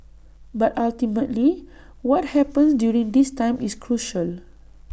but ultimately what happens during this time is crucial